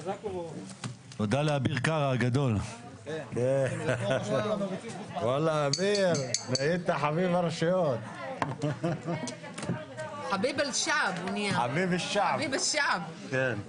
הישיבה ננעלה בשעה 12:20.